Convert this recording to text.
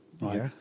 right